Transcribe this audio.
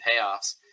payoffs